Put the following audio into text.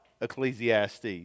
Ecclesiastes